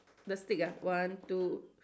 the stick ah one two